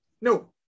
No